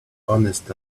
honest